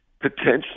potentially